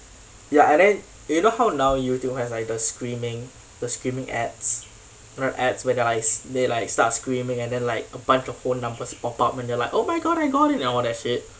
ya and then you know how now Youtube has like the screaming the screaming ads you know the ads where they're like they like start screaming and then like a bunch of phone numbers pop out and you're like oh my god I got it and all that shit